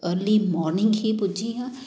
early morning ਹੀ ਪੁੱਜੀ ਹਾਂ